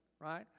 right